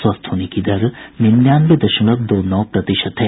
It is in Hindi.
स्वस्थ होने की दर निन्यानवे दशमलव दो नौ प्रतिशत है